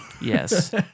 yes